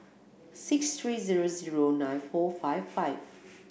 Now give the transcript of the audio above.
six three zero zero nine four five five